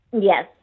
Yes